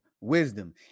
wisdom